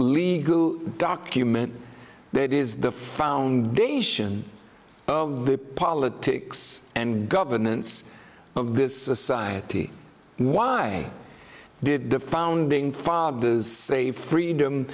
legal document that is the foundation of the politics and governance of this society why did the founding fathers say freedom